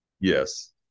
Yes